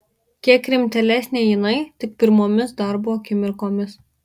kiek rimtėlesnė jinai tik pirmomis darbo akimirkomis